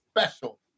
special